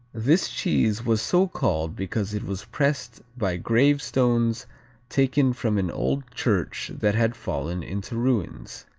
this cheese was so called because it was pressed by gravestones taken from an old church that had fallen into ruins.